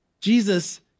Jesus